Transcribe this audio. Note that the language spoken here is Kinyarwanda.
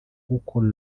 nk’uko